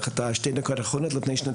על ידי משרד הרווחה ותוכנית גישורים,